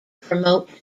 promote